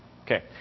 Okay